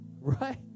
Right